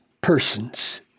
persons